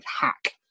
hack